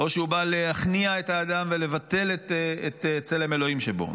או שהוא בא להכניע את האדם ולבטל את צלם אלוהים שבו?